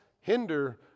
hinder